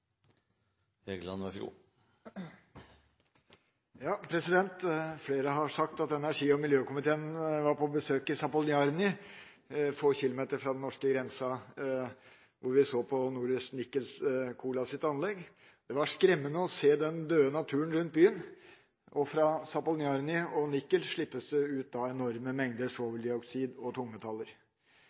Nikel. Erfaringene så langt har dessverre ikke vært positive, men vi må allikevel fortsette arbeidet med å få russerne til å følge opp sine plikter. Flere har sagt at energi- og miljøkomiteen var på besøk i Zapoljarny, få kilometer fra den norske grensen, hvor vi så på Norilsk Nickels Kola-anlegg. Det var skremmende å se den døde naturen rundt byen. Fra Zapoljarny og Nikel slippes det